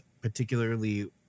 particularly